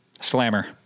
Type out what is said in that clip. Slammer